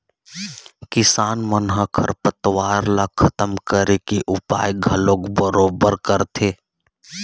किसान मन ह खरपतवार ल खतम करे के उपाय घलोक बरोबर करथे